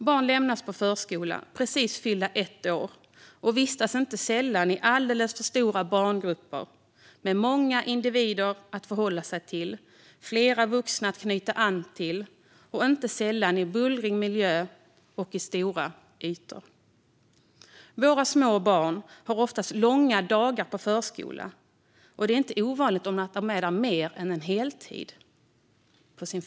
Barn lämnas på förskola precis fyllda ett år och vistas inte sällan i alldeles för stora barngrupper med många individer att förhålla sig, flera vuxna att knyta an till och inte sällan i en bullrig miljö och på stora ytor. Våra små barn har ofta långa dagar på förskolan. Det är inte ovanligt att de är på sin förskola på mer än heltid.